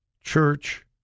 church